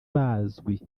bazwi